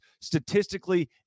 statistically